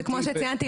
וכמו שציינתי,